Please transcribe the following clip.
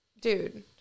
dude